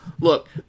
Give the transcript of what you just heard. look